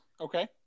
Okay